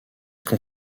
qu’on